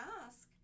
ask